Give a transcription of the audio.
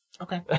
Okay